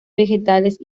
vegetales